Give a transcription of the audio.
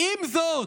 "עם זאת",